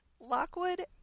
Lockwood